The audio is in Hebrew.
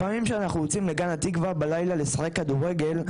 לפעמים שאנחנו יוצאים לגן התקווה בלילה לשחק כדורגל,